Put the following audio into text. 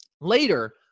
later